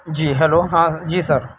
جی hello ہاں جی سر